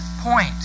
point